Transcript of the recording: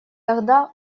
тогда